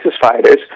fighters